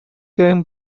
come